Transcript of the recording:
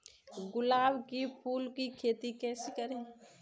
गुलाब के फूल की खेती कैसे करें?